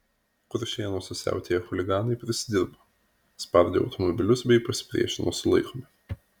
kuršėnuose siautėję chuliganai prisidirbo spardė automobilius bei pasipriešino sulaikomi